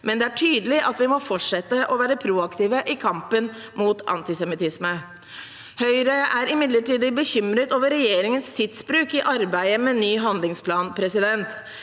men det er tydelig at vi må fortsette å være proaktive i kampen mot antisemittisme. Høyre er imidlertid bekymret over regjeringens tidsbruk i arbeidet med ny handlingsplan. Med